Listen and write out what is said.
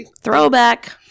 Throwback